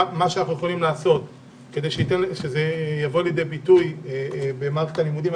שאנחנו יכולים לעשות כדי שזה יבוא לידי ביטוי במערכת הלימודים.